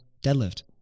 deadlift